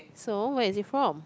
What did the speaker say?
so where is it from